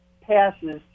passes